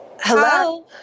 Hello